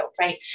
right